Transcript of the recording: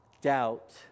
doubt